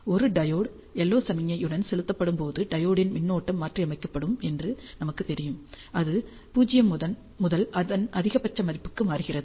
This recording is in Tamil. ஒரு டையோடு LO சமிக்ஞையுடன் செலுத்தப்படும்போது டையோடின் மின்னோட்டம் மாற்றியமைக்கப்படும் என்று நமக்கு தெரியும் அது 0 முதல் அதன் அதிகபட்ச மதிப்புக்கு மாறுகிறது